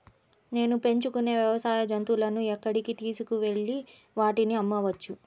నేను పెంచుకొనే వ్యవసాయ జంతువులను ఎక్కడికి తీసుకొనివెళ్ళి వాటిని అమ్మవచ్చు?